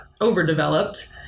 overdeveloped